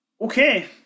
Okay